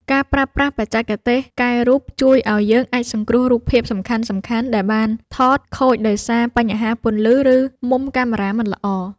ការប្រើប្រាស់បច្ចេកទេសកែរូបជួយឱ្យយើងអាចសង្គ្រោះរូបភាពសំខាន់ៗដែលបានថតខូចដោយសារបញ្ហាពន្លឺ ឬមុំកាមេរ៉ាមិនល្អ។